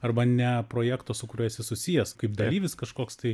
arba ne projekto su kuriuo esi susijęs kaip dalyvis kažkoks tai